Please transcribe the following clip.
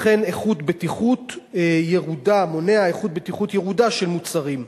וכן מונע איכות בטיחות ירודה של מוצרים.